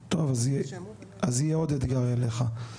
טוב, אז יהיה עוד אתגר אליך.